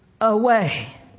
away